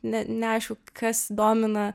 ne neaišku kas domina